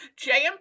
JMP